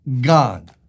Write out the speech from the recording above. gone